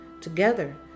Together